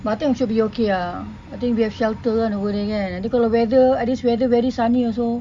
but I think should be okay ah I think we have shelter kan over there kan weather at least weather very sunny also